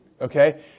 Okay